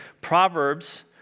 Proverbs